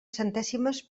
centèsimes